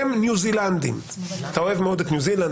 הם ניו זילנדים - אתה אוהב מאוד את ניו זילנד,